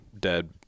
dead